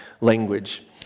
language